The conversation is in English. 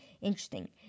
interesting